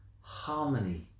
harmony